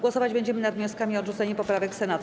Głosować będziemy nad wnioskami o odrzucenie poprawek Senatu.